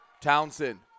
Townsend